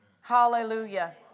Hallelujah